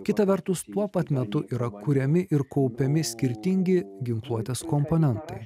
kita vertus tuo pat metu yra kuriami ir kaupiami skirtingi ginkluotės komponentai